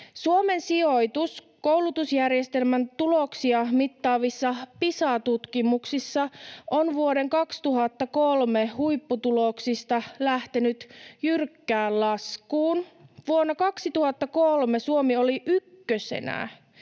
Suomen sijoitus koulutusjärjestelmän tuloksia mittaavissa Pisa-tutkimuksissa on vuoden 2003 huipputuloksista lähtenyt jyrkkään laskuun. Vuonna 2003 Suomi oli sekä